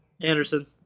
anderson